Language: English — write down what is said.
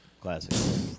Classic